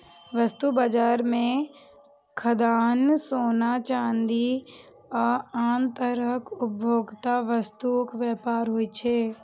वस्तु बाजार मे खाद्यान्न, सोना, चांदी आ आन तरहक उपभोक्ता वस्तुक व्यापार होइ छै